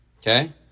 Okay